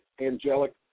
angelic